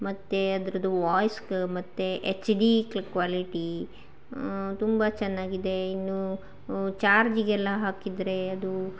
ಮತ್ತು ಅದರದ್ದು ವಾಯ್ಸ ಮತ್ತು ಎಚ್ ಡಿ ಕ್ವಾಲಿಟಿ ತುಂಬಾ ಚೆನ್ನಾಗಿದೆ ಇನ್ನು ಚಾರ್ಜಿಗೆಲ್ಲ ಹಾಕಿದರೆ ಅದು